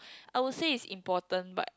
I would say is important but